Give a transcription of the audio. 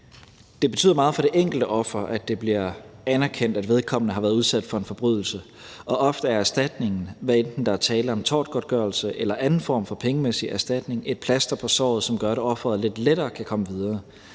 Det betyder meget for det enkelte offer, at det bliver anerkendt, at vedkommende har været udsat for en forbrydelse, og ofte er erstatningen, hvad enten der er tale om tortgodtgørelse eller en anden form for pengemæssig erstatning, et plaster på såret, som gør, at offeret lidt lettere kan komme videre.